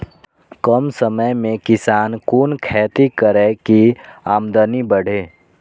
कम समय में किसान कुन खैती करै की आमदनी बढ़े?